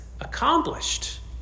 accomplished